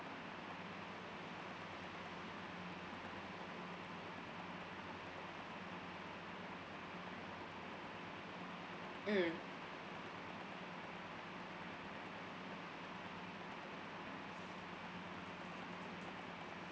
mm